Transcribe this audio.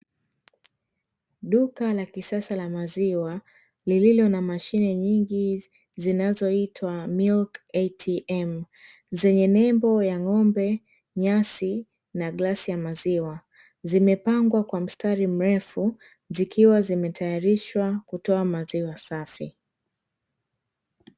Duka la kisasa la maziwa lililo na mashine nyingi zinazoitwa " MILK ATM" zenye nembo ya ng'ombe, nyasi, na glasi ya maziwa, zimepangwa kwa mstari mrefu zikiwa zimetayarishwa kutoa maziwa safi.